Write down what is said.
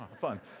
Fun